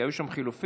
כי היו שם חילופים